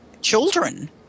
children